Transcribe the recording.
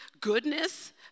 goodness